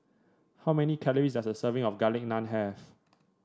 how many calories does a serving of Garlic Naan have